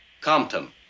Compton